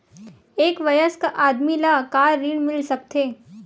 एक वयस्क आदमी ला का ऋण मिल सकथे?